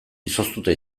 izoztuta